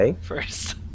first